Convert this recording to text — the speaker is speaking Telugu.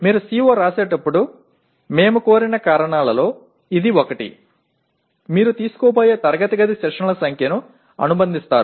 మీరు CO వ్రాసేటప్పుడు మేము కోరిన కారణాలలో ఇది ఒకటి మీరు తీసుకోబోయే తరగతి గది సెషన్ల సంఖ్యను అనుబంధిస్తారు